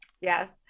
yes